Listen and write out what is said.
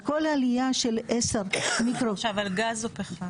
על כל עליה של 0 מיקרו- -- את מדברת עכשיו על גז או פחם?